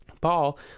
paul